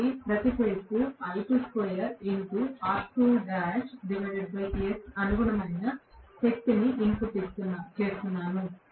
కాబట్టి నేను ప్రతి ఫేజ్కు అనుగుణమైన శక్తిని ఇన్పుట్ చేస్తున్నాను